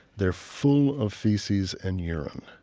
they're full of feces and urine,